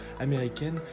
américaine